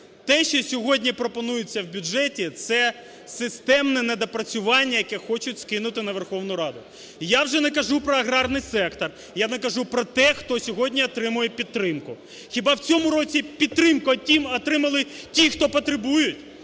Те, що сьогодні пропонується в бюджеті – це системне не доопрацювання, яке хочуть скинути на Верховну Раду. І я вже не кажу про аграрний сектор, я не кажу про те, хто сьогодні отримує підтримку. Хіба в цьому році підтримку отримали ті, хто потребують?